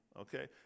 Okay